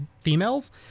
females